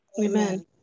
Amen